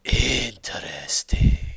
Interesting